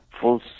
full